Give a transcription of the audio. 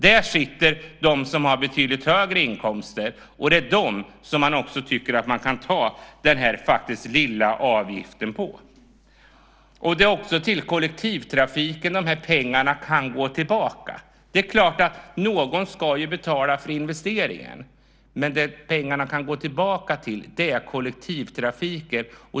Där sitter de som har betydligt högre inkomster, och det är från dem man också kan ta ut den lilla avgift som det är fråga om. De pengarna kan sedan gå tillbaka till kollektivtrafiken. Det är klart att någon ska betala för investeringen, men det som pengarna kan användas till är just kollektivtrafiken.